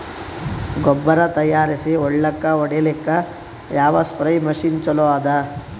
ಗೊಬ್ಬರ ತಯಾರಿಸಿ ಹೊಳ್ಳಕ ಹೊಡೇಲ್ಲಿಕ ಯಾವ ಸ್ಪ್ರಯ್ ಮಷಿನ್ ಚಲೋ ಅದ?